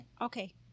okay